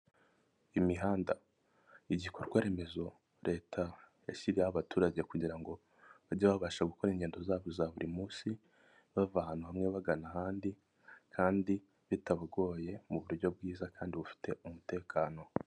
Imihanda igikorwaremezo leta yashyiriyeho abaturage kugira ngo bajye babasha gukora ingendo zabo za buri munsi, bava ahantu hamwe bagana ahandi kandi bitabagoye mu buryo bwiza kandi bufite umutekano.